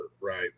right